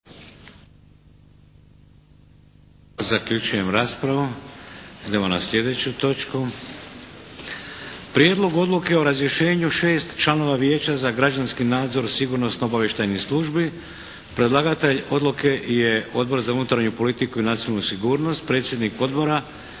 Prijedlog odluke o razrješenju 6 članova Vijeća za građanski nadzor sigurnosno-obavještajnih službi. Predlagatelj odluke je Odbor za unutarnju politiku i nacionalnu sigurnost. Predsjednik Odbora